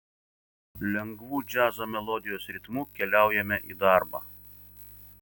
lengvu džiazo melodijos ritmu keliaujame į darbą